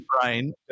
brain